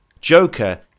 Joker